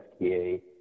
fda